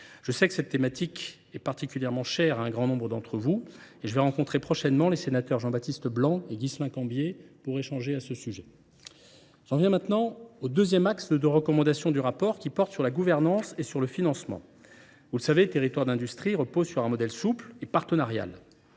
Je sais que cette question est particulièrement chère à un grand nombre d’entre vous ; je rencontrerai prochainement les sénateurs Jean Baptiste Blanc et Guislain Cambier pour échanger sur ce sujet. J’en viens à présent au deuxième axe des recommandations du rapport, qui concerne la gouvernance et le financement. Vous le savez, le programme Territoires d’industrie repose sur un modèle souple et partenarial.